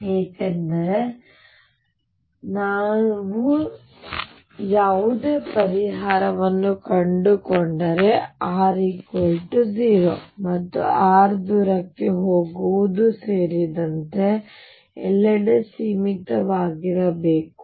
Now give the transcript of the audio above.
ಏಕೆಂದರೆ ಅದು ಸೀಮಿತವಾಗಿರಬೇಕು ನಾನು ಯಾವುದೇ ಪರಿಹಾರವನ್ನು ಕಂಡುಕೊಂಡರೆ r 0 ಮತ್ತು r ದೂರಕ್ಕೆ ಹೋಗುವುದು ಸೇರಿದಂತೆ ಎಲ್ಲೆಡೆ ಸೀಮಿತವಾಗಿರಬೇಕು